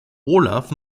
olaf